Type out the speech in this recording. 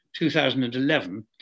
2011